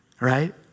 right